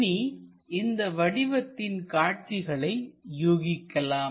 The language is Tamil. இனி இந்த வடிவத்தின் காட்சிகளை யூகிக்கலாம்